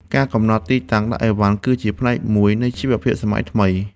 ការកំណត់ទីតាំងដាក់ឥវ៉ាន់ គឺជាផ្នែកមួយនៃជីវភាពសម័យថ្មី។